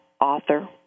author